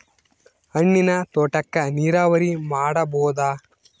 ಹಣ್ಣಿನ್ ತೋಟಕ್ಕ ನೀರಾವರಿ ಮಾಡಬೋದ?